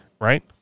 right